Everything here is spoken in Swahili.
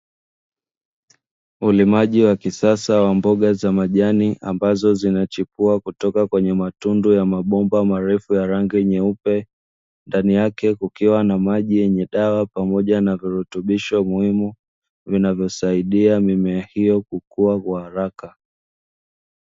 Ulimaji wa kisasa wa mboga za majani ambazo zinachipua kutoka kwenye matundu ya mabomba marefu ya rangi nyeupe, ndani yake kukiwa na maji yenye dawa pamoja na virutubisho muhimu, vinavyosaidia mimea hiyo kukua kwa haraka.